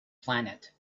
planet